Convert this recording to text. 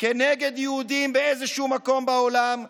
כנגד יהודים באיזשהו מקום עולם,